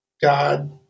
God